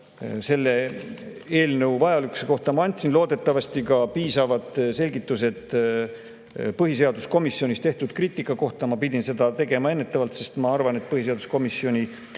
selle eelnõu vajalikkuse kohta ma andsin, loodetavasti piisavad selgitused ka põhiseaduskomisjonis tehtud kriitika kohta. Ma pidin seda tegema ennetavalt, sest ma arvan, et põhiseaduskomisjoni